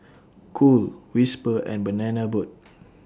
Cool Whisper and Banana Boat